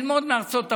ללמוד מארצות הברית,